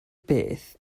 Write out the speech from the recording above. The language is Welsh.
beth